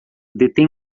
detém